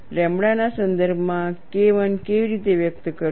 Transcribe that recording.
lambda ના સંદર્ભમાં KI કેવી રીતે વ્યક્ત કરવું